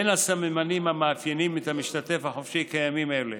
בין הסממנים המאפיינים את המשתתף החופשי קיימים אלה: